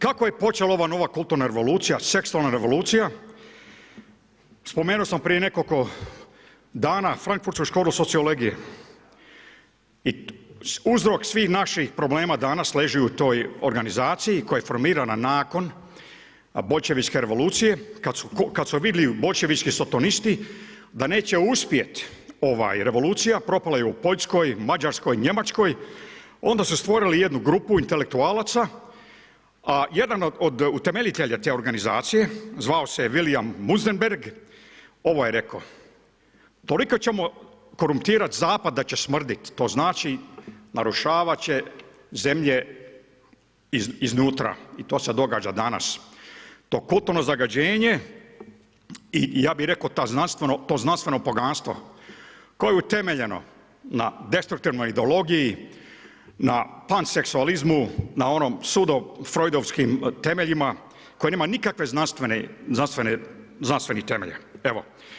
Kako je počela ova nova kulturna revolucija, seksualna revolucija, spomenuo sam prije nekoliko dana frankfurtsku školu sociologije i uzrok svih naših problema danas leži u toj organizaciji koja je formirana nakon boljševičke revolucije, kad su vidjeli boljševički sotonisti da neće uspjeti revolucija, propala je u Poljskoj, Mađarskoj, Njemačkoj, onda su stvorili jednu grupu intelektualaca a jedan od utemeljitelja te organizacije zvao se William Mustenberg, ovo je rekao toliko ćemo korumpirati zapad da će smrditi, to znači narušavat će zemlje iznutra i to se događa danas, to kulturno zagađenje i ja bi rekao to znanstveno poganstvo koje je utemeljeno na destruktivnoj ideologiji, na panseksualizmu, na onim pseudofrojdovskim temeljima koji nema nikakvih znanstvenih temelja.